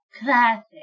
classic